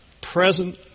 present